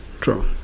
True